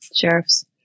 sheriffs